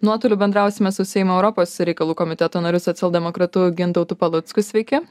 nuotoliu bendrausime su seimo europos reikalų komiteto nariu socialdemokratu gintautu palucku sveiki